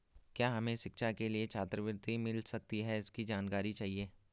क्या हमें शिक्षा के लिए छात्रवृत्ति मिल सकती है इसकी जानकारी चाहिए?